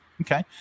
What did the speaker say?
Okay